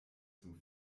zum